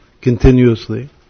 continuously